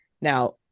Now